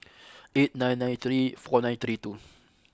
eight nine nine three four nine three two